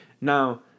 Now